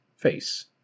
Face